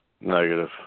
Negative